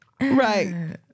Right